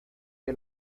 que